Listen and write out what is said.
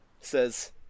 says